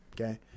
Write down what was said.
Okay